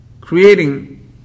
creating